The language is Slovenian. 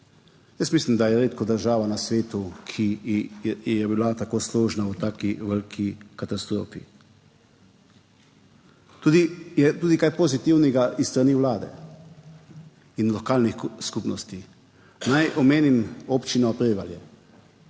Jaz mislim, da je redko država na svetu, ki je bila tako složna v taki veliki katastrofi. Tudi je tudi kaj pozitivnega s strani Vlade in lokalnih skupnosti. Naj omenim Občino Prevalje.